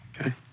Okay